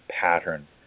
pattern